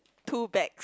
two bags